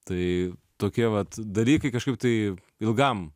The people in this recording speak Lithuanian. tai tokie vat dalykai kažkaip tai ilgam